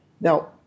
Now